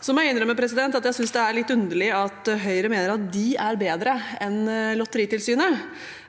Så må jeg innrømme at jeg synes det er litt underlig at Høyre mener at de er bedre enn Lotteritilsynet